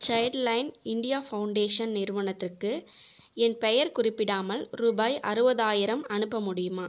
Childline India foundation நிறுவனத்திற்கு என் பெயர் குறிப்பிடாமல் ரூபாய் அறுபதாயிரம் அனுப்ப முடியுமா